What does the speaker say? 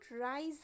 rise